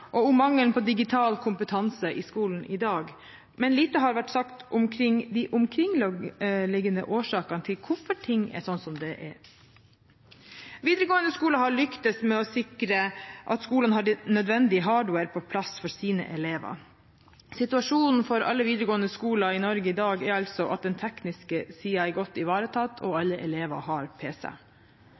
og om mangelen på digital kompetanse i skolen i dag, men lite har vært sagt om de omkringliggende årsakene til at ting er som de er. Videregående skole har lyktes med å sikre at skolen har nødvendig hardware på plass for sine elever. Situasjonen for alle videregående skoler i Norge i dag er altså at den tekniske siden er godt ivaretatt, og alle elever har pc.